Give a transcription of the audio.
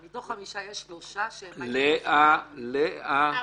אבל מתוך חמישה יש שלושה --- לאה, לאה.